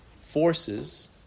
forces